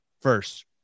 first